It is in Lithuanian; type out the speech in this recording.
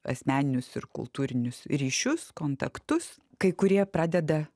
asmeninius ir kultūrinius ryšius kontaktus kai kurie pradeda